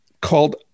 called